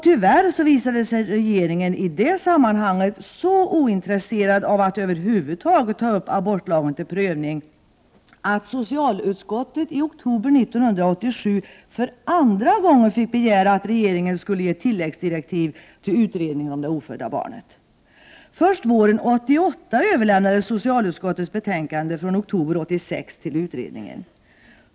Tyvärr visade sig regeringen i det sammanhanget så ointresserad av att över huvud taget ta upp abortlagen till prövning att socialutskottet i oktober 1987 för andra gången fick begära att regeringen skulle ge tilläggsdirektiv till utredningen om det ofödda barnet. Först våren 1988 överlämnades socialutskottets betänkande från oktober 1986 till utredningen.